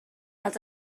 els